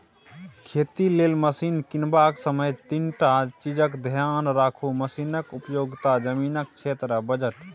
खेती लेल मशीन कीनबाक समय तीनटा चीजकेँ धेआन राखु मशीनक उपयोगिता, जमीनक क्षेत्र आ बजट